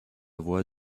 voix